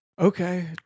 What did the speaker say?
okay